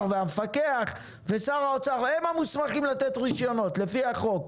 והמפקח ושר האוצר הם המוסמכים לתת רישיונות לפי החוק,